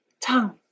tongue